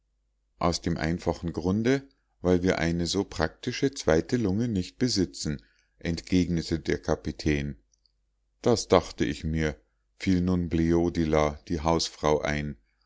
aus dem einfachen grunde weil wir eine so praktische zweite lunge nicht besitzen entgegnete der kapitän das dachte ich mir fiel nun bleodila die hausfrau ein